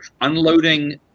unloading